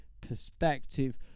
perspective